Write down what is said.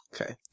Okay